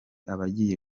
abagiye